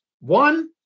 One